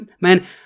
man